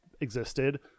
existed